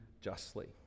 justly